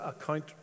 account